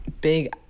big